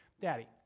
Daddy